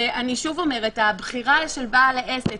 ושוב הבחירה היא של בעל העסק,